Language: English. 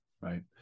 right